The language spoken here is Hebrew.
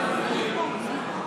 ביביקרטיה.